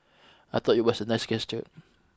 I thought it was a nice gesture